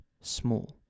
small